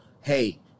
hey